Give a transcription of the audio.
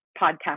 podcast